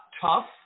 tough